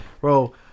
bro